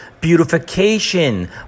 beautification